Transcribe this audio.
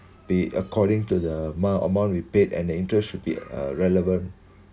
be according to the amount amount we paid and the interest should be uh relevant